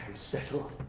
settled.